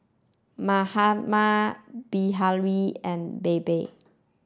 Mahatma Bilahari and Baba